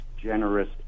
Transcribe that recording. generous